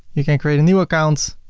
you can create a new account.